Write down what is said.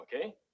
Okay